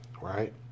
right